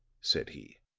said he.